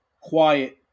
quiet